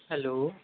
hello